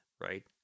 right